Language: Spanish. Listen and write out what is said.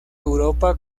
europa